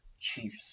Chiefs